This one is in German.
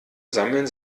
sammeln